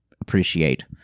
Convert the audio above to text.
appreciate